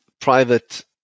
private